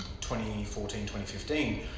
2014-2015